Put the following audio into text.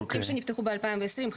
תיקים שנפתחו ב-2020,